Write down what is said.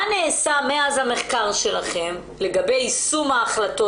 מה נעשה מאז המחקר שלכם לגבי יישום ההחלטות?